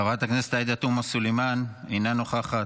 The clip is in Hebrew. חברת הכנסת עאידה תומא סלימאן, אינה נוכחת.